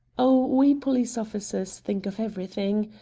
oh, we police officers think of everything.